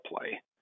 play